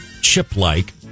chip-like